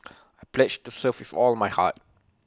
I pledge to serve with all my heart